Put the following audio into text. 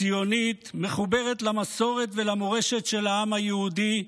ציונית, מחוברת למסורת ולמורשת של העם היהודי,